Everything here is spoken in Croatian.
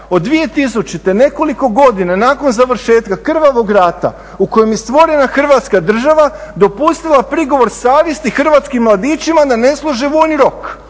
od 2000. nekoliko godina nakon završetka krvavog rata u kojem je stvorena Hrvatska država dopustila prigovor savjesti hrvatskim mladićima da ne služe vojni rok,